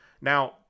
Now